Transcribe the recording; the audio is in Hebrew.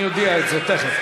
אני אודיע את זה תכף.